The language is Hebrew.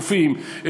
רופאים,